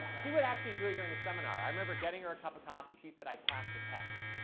she would actually do it during the seminar. i remember getting her a cup of coffee. she said i passed the test.